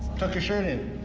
tuck your shirt in,